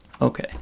Okay